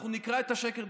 אנחנו נקרע את השקר,